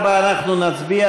לא נתקבלה.